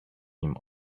him